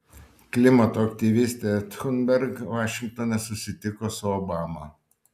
klimato aktyvistė thunberg vašingtone susitiko su obama